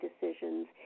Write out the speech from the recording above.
decisions